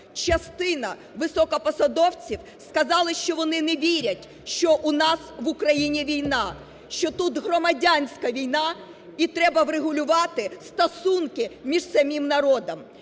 Частина високопосадовців сказали, що вони не вірять, що у нас в Україні війна, що тут громадянська війна, і треба врегулювати стосунки між самим народом.